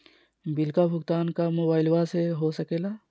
Bill का भुगतान का मोबाइलवा से हो सके ला?